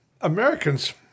Americans